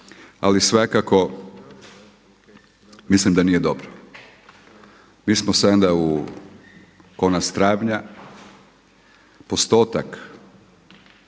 ali svakako mislim da nije dobro. Mi smo sada u konac travnja, postotak